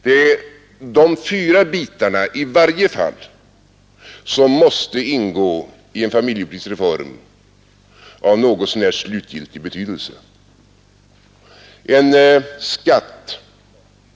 Det är de fyra bitarna i varje fall som måste ingå i en familjepolitisk reform av något så när slutgiltig betydelse: 1.